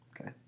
Okay